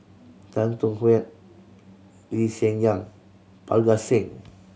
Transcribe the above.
Tan Thuan Heng Lee Hsien Yang Parga Singh